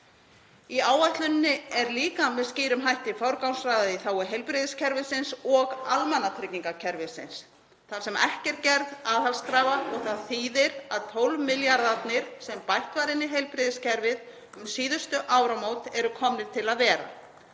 Í áætluninni er líka með skýrum hætti forgangsraðað í þágu heilbrigðiskerfisins og almannatryggingakerfisins þar sem ekki er gerð aðhaldskrafa. Það þýðir að 12 milljarðarnir sem bætt var inn í heilbrigðiskerfið um síðustu áramót eru komnir til að vera.